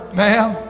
ma'am